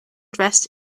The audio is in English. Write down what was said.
dressed